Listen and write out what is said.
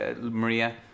Maria